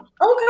Okay